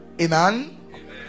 Amen